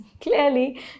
Clearly